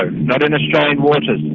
ah not in australian waters.